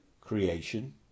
creation